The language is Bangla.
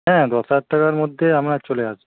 হ্যাঁ দশ হাজার টাকার মধ্যে আপনার চলে আসবে